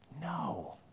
No